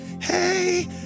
hey